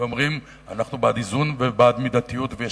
ואומרים: אנחנו בעד איזון ובעד מידתיות ויש